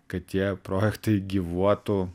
kad tie projektai gyvuotų